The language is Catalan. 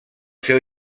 seu